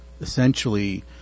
essentially